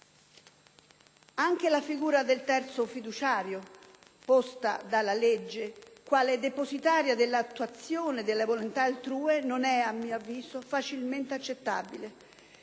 Anche la figura del terzo fiduciario, posta dalla legge quale depositaria dell'attuazione della volontà altrui, non è a mio avviso facilmente accettabile,